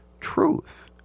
truth